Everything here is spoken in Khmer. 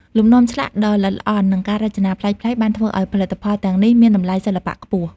លំនាំឆ្លាក់ដ៏ល្អិតល្អន់ និងការរចនាប្លែកៗបានធ្វើឱ្យផលិតផលទាំងនេះមានតម្លៃសិល្បៈខ្ពស់។